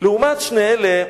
לעומת שני אלה,